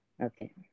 Okay